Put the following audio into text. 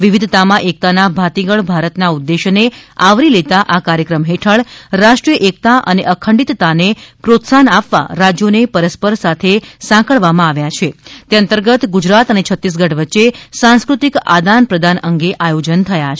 વિવિધતામાં એકતાના ભાતીગળ ભારતના ઉદ્દેશ્યને આવરી લેતા આ કાર્યક્રમ હેઠળ રાષ્ટ્રીય એકતા અને અખંડીતતાને પ્રોત્સાહન આપવા રાજ્યોને પરસ્પર સાથે સાંકળવામાં આવ્યાં છે તે અંતર્ગત ગુજરાત અને છત્તીસગઢ વચ્ચે સાંસ્કૃતિક આદાનપ્રદાન અંગે આયોજન થયાં છે